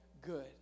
good